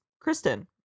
Kristen